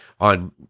on